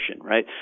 right